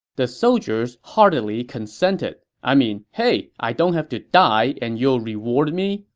the soldiers heartily consented. i mean, hey, i don't have to die and you'll reward me?